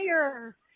fire